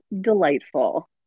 delightful